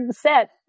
set